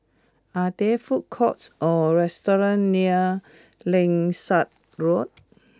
are there food courts or restaurants near Langsat Road